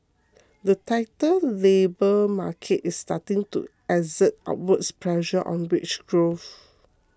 the tighter labour market is starting to exert upward pressure on wage growth